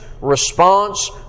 response